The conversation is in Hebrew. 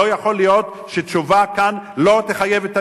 לא יכול להיות שתשובה כאן לא תחייב את הממשלה,